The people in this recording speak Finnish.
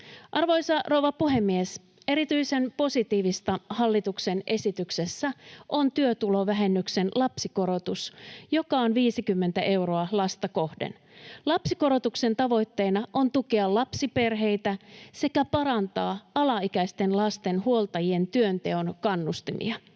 Arvoisa rouva puhemies! Erityisen positiivista hallituksen esityksessä on työtulovähennyksen lapsikorotus, joka on 50 euroa lasta kohden. Lapsikorotuksen tavoitteena on tukea lapsiperheitä sekä parantaa alaikäisten lasten huoltajien työnteon kannustimia.